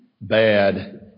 bad